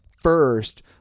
first